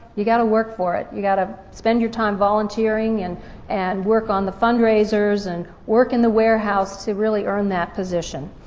you gotta work for it, you gotta spend your time volunteering and and work on the fundraisers and work in the warehouse to really earn that position.